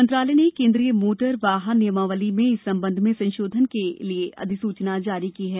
मंत्रालय ने केन्द्रीय मोटर वाहन नियमावली में इस संबंध में संशोधन के लिए अधिसूचना जारी की है